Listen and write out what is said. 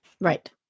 Right